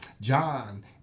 John